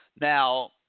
Now